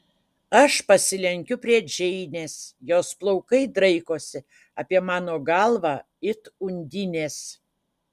aš pasilenkiu prie džeinės jos plaukai draikosi apie mano galvą it undinės